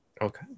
Okay